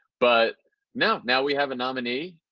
but now now we have a nominee,